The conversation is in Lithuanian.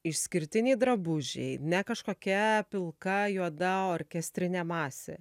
išskirtiniai drabužiai ne kažkokia pilka juoda orkestrinė masė